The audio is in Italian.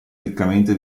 riccamente